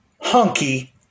hunky